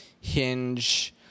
Hinge